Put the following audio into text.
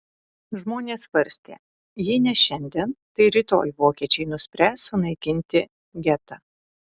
žmonės svarstė jei ne šiandien tai rytoj vokiečiai nuspręs sunaikinti getą